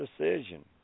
decision